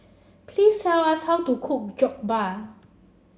please tell us how to cook Jokbal